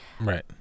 Right